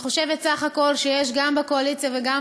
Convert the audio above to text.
אני חושבת שבסך הכול יש גם בקואליציה וגם